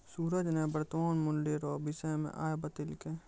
सूरज ने वर्तमान मूल्य रो विषय मे आइ बतैलकै